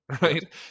right